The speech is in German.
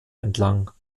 entlang